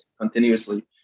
continuously